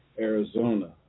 Arizona